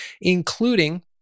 including